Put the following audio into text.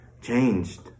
changed